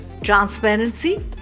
transparency